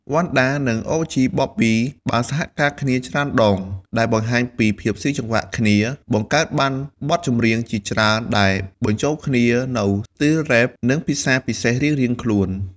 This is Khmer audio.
វណ្ណដា និង OG Bobby បានសហការគ្នាច្រើនដង ដែលបង្ហាញពីភាពស៊ីសង្វាក់គ្នា បង្កើតបានបទចម្រៀងជាច្រើនដែលបញ្ចូលគ្នានូវស្ទីលរ៉េប និងភាសាពិសេសរៀងៗខ្លួន។